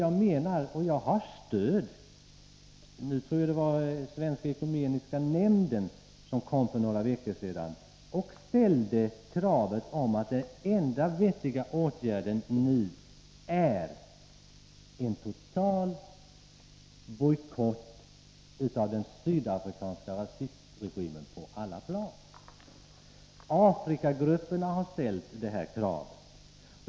Jag har också stöd för mina uppfattningar. Jag tror att det var Svenska ekumeniska nämnden som för några veckor sedan hävdade att den enda vettiga åtgärden nu är en total bojkott på alla plan av den sydafrikanska rasistregimen. Även Afrikagrupperna har ställt det kravet.